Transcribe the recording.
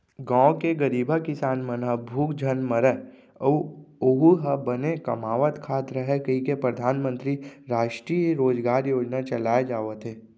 गाँव के गरीबहा किसान मन ह भूख झन मरय अउ ओहूँ ह बने कमावत खात रहय कहिके परधानमंतरी रास्टीय रोजगार योजना चलाए जावत हे